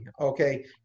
Okay